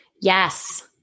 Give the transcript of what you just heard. Yes